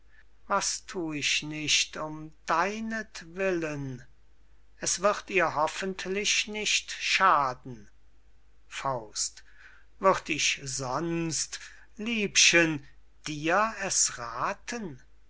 was thu ich nicht um deinetwillen es wird ihr hoffentlich nicht schaden würd ich sonst liebchen dir es rathen